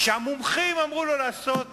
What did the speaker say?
שהמומחים אמרו לו לעשות